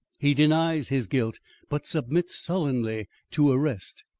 he denies his guilt but submits sullenly to arrest.